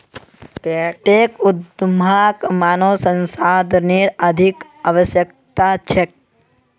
tech उद्यमक मानव संसाधनेर अधिक आवश्यकता छेक